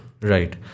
Right